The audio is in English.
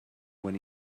when